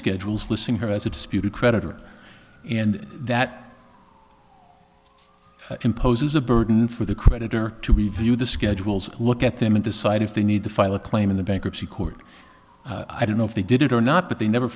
schedules listing her as a disputed creditor and that imposes a burden for the creditor to review the schedules look at them and decide if they need to file a claim in the bankruptcy court i don't know if they did it or not but they never